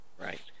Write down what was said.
Right